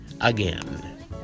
again